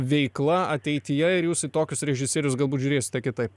veikla ateityje ir jūsų į tokius režisierius galbūt žiūrėsite kitaip